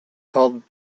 called